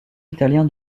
italien